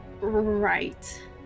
Right